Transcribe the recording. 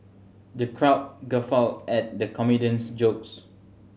the crowd guffawed at the comedian's jokes